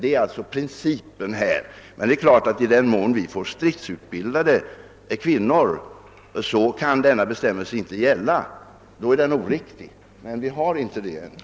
Det är principen i detta fall. Men i den mån vi får stridsutbildade kvinnor kan denna bestämmelse inte längre gälla. Då är den oriktig. Men vi har inga sådana kvinnor nu.